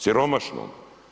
Siromašnom.